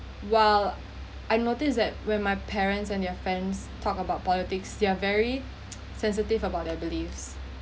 while I noticed that when my parents and their friends talk about politics they are very sensitive about their beliefs